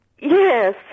Yes